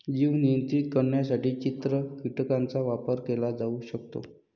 जीव नियंत्रित करण्यासाठी चित्र कीटकांचा वापर केला जाऊ शकतो